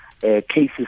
cases